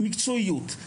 מקצועיות,